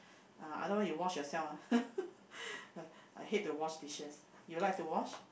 uh otherwise you wash yourself ah I hate to wash dishes you like to wash